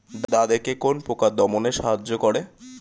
দাদেকি কোন পোকা দমনে সাহায্য করে?